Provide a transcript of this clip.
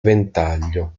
ventaglio